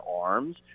arms